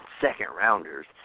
second-rounders